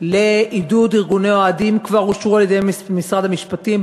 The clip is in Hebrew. לעידוד ארגוני אוהדים כבר נחתמו על-ידי משרד המשפטים,